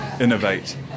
innovate